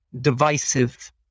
divisive